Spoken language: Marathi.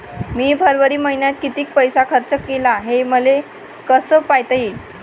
मी फरवरी मईन्यात कितीक पैसा खर्च केला, हे मले कसे पायता येईल?